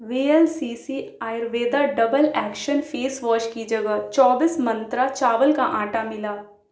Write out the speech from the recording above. وی L C C Ayurveda double action face wash کی جگہ چوبیس منترا چاول کا آٹا ملا